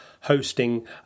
Hosting